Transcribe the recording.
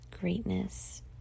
greatness